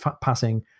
passing